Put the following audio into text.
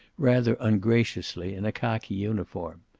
rather ungraciously, in a khaki uniform.